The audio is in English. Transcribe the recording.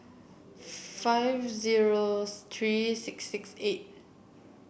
five zero three six six eight